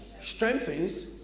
strengthens